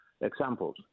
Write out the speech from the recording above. examples